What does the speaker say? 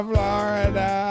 Florida